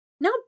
Now